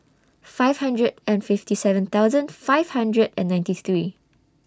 five hundred and fifty seven thousand five hundred and ninety three